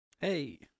Hey